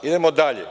Idemo dalje.